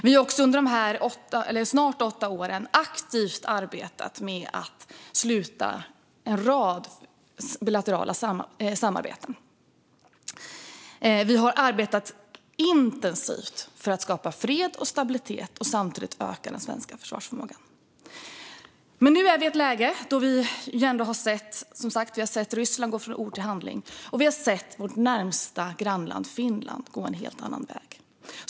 Vi har också under dessa snart åtta år aktivt arbetat med att sluta en rad bilaterala samarbetsavtal. Vi har arbetat intensivt för att skapa fred och stabilitet och samtidigt öka den svenska försvarsförmågan. Nu är vi i ett läge där vi har sett Ryssland gå från ord till handling, och vi har sett vårt närmaste grannland Finland gå en annan väg.